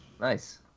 nice